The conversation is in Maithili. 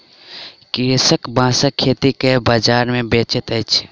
कृषक बांसक खेती कय के बाजार मे बेचैत अछि